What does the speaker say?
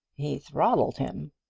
he throttled him.